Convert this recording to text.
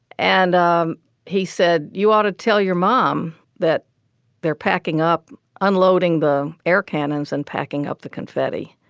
and ah he said, you ought to tell your mom that they're packing up, unloading the air cannons and packing up the confetti.